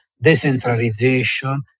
decentralization